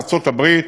ארצות-הברית,